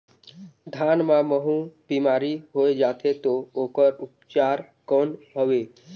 धान मां महू बीमारी होय जाथे तो ओकर उपचार कौन हवे?